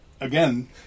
again